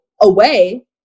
away